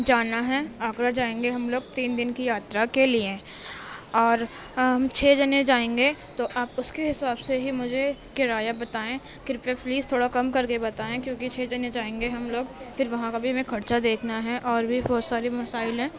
جانا ہے آگرہ جائیں گے ہم لوگ تین دن کی یاترا کے لیے اور ہم چھ جنے جائیں گے تو آپ اس کے حساب سے ہی مجھے کرایہ بتائیں کرپیہ پلیز تھوڑا کم کر کے بتائیں کیونکہ چھ جنے جائیں گے ہم لوگ پھر وہاں کا بھی ہمیں خرچہ دیکھنا ہے اور بھی بہت ساری مسائل ہیں